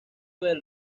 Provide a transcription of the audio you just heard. del